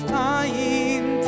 time